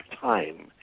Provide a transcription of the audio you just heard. time